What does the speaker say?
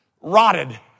rotted